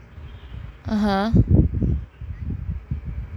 (uh huh)